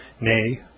nay